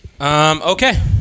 Okay